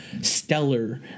stellar